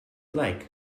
like